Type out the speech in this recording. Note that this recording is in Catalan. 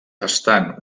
estan